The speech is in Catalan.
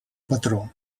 patró